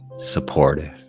Supportive